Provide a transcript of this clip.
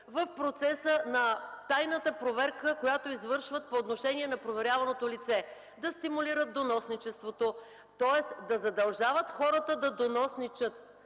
в процеса на тайната проверка, която извършват по отношение на проверяваното лице, да стимулират доносничеството, тоест да задължават хората да доносничат.